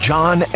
John